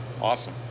awesome